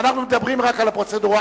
אנחנו מדברים רק על הפרוצדורה.